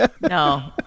No